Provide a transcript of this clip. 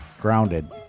Grounded